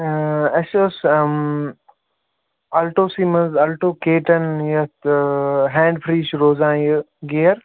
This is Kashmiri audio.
اَسہِ ٲس اَلٹوسٕے منٛز اَلٹو کے ٹٮ۪ن یَتھ ہینٛڈ فِرٛی چھِ روزان یہِ گِیَر